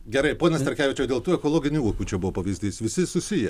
gerai pone starkevičiau dėl tų ekologinių ūkių čia buvo pavyzdys visi susiję